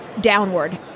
downward